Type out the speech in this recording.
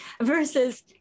versus